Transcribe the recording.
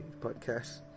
podcast